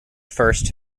first